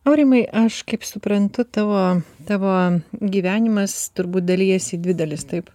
aurimai aš kaip suprantu tavo tavo gyvenimas turbūt dalijas į dvi dalis taip